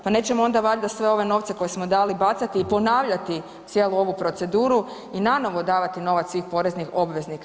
Pa nećemo onda valjda sve ove novce koje smo dali bacati i ponavljati cijelu ovu proceduru i nanovo davati novac svih poreznih obveznika.